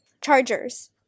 Chargers